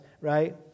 right